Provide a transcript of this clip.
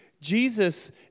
Jesus